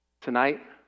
Tonight